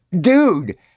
Dude